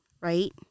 right